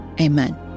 Amen